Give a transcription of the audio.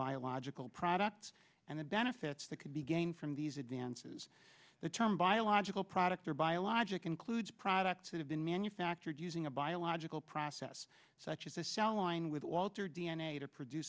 biological products and the benefits that could be gained from these advances the term biological product or biologic includes products that have been manufactured using a biological process such as a cell line with walter d n a to produce